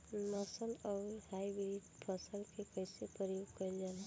नस्ल आउर हाइब्रिड फसल के कइसे प्रयोग कइल जाला?